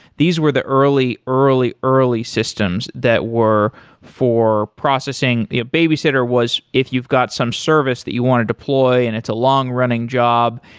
these were the early, early, early systems that were for processing. babysitter was if you've got some service that you want to deploy and it's a long running job,